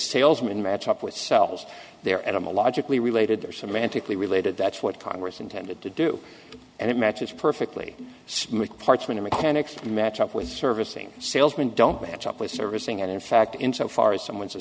salesman match up with sells their animal logically related their semantically related that's what congress intended to do and it matches perfectly smooth parchment mechanics match up with servicing salesmen don't match up with servicing and in fact in so far as someone's a